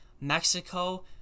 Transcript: Mexico